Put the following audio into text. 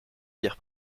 bière